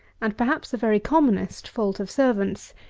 and, perhaps, the very commonest, fault of servants,